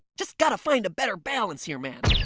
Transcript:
just gotta find a better balance here, man.